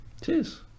Cheers